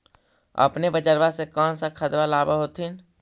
अपने बजरबा से कौन सा खदबा लाब होत्थिन?